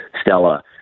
Stella